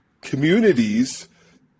communities